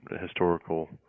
historical